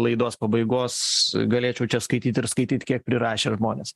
laidos pabaigos galėčiau čia skaityt ir skaityt kiek prirašę žmones